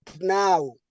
Now